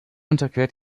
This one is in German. unterquert